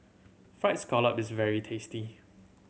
Fried Scallop is very tasty